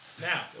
Now